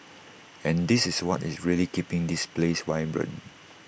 and this is what is really keeping this place vibrant